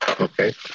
okay